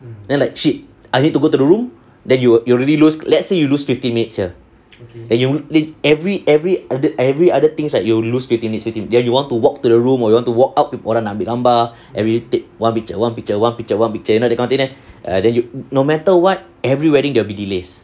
then like shit I need to go to the room then you will you really lose let's say you lose fifteen minutes here then you every every every other things right you will lose fifteen minutes fifteen minutes ya you want to walk to the room or you want to walk out with orang nak ambil gambar every take one picture one picture one picture you know the kind of thing right and then you no matter what every wedding there will be delays